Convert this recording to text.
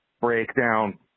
Breakdown